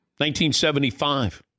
1975